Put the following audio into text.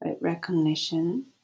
recognition